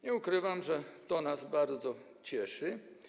Nie ukrywam, że to nas bardzo cieszy.